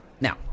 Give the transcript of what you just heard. Now